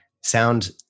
sound